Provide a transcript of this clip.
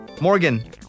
Morgan